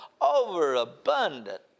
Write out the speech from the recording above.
overabundant